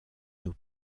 nous